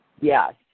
Yes